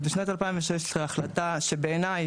בשנת 2016 החלטה שבעיניי,